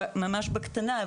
ממש בקטנה,